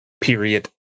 period